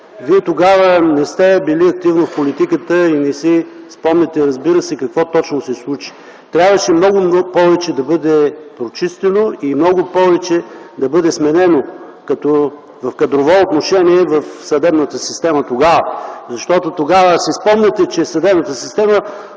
Вие тогава не сте били активно в политиката и не си спомняте, разбира се, какво точно се случи. Трябваше много повече да бъде прочистено и много повече да бъде сменено в кадрово отношение в съдебната система тогава. Защото си спомняте, че съдебната система